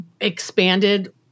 expanded